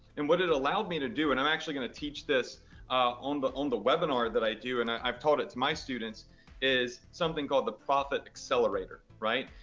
and what it allowed me to do, and i'm actually gonna teach this on the on the webinar that i do, and i've taught it to my students is something call the profit accelerator, right?